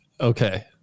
okay